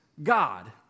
God